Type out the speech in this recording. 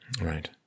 Right